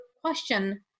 question